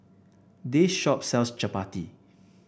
this shop sells Chappati